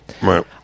Right